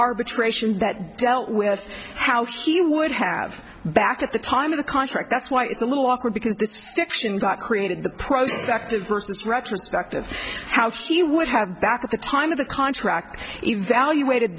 arbitration that dealt with how he would have back at the time of the contract that's why it's a little awkward because this fiction got created the prospect of versus retrospective how she would have back at the time of the contract evaluated